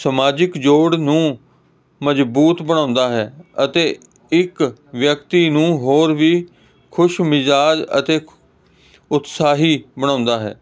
ਸਮਾਜਿਕ ਜੋੜ ਨੂੰ ਮਜ਼ਬੂਤ ਬਣਾਉਂਦਾ ਹੈ ਅਤੇ ਇੱਕ ਵਿਅਕਤੀ ਨੂੰ ਹੋਰ ਵੀ ਖੁਸ਼ ਮਿਜਾਜ਼ ਅਤੇ ਉਤਸ਼ਾਹੀ ਬਣਾਉਂਦਾ ਹੈ